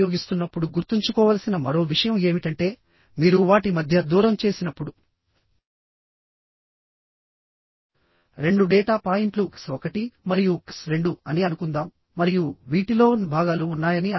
ఒకవేళ gauge distance మరియు staggered distance ఒకే విధంగా లేకపోతే ఫార్ములా ని కొద్దిగా మార్చుకుని ఇలా రాసుకోవాలి